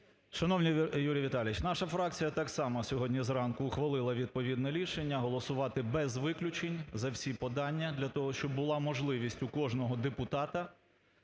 Шановний Юрій Віталійович! Наша фракція так само сьогодні зранку ухвалила відповідне рішення голосувати без виключень за всі подання для того, щоб була можливість у кожного депутата,